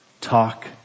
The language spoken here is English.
talk